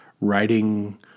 writing